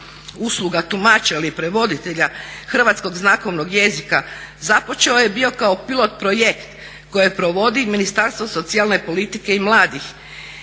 usluga tumača ili prevoditelja hrvatskog znakovnog jezika započeo je bio kao pilot projekt koje provodi Ministarstvo socijalne politike i mladih